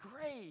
great